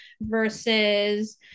versus